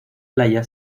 playa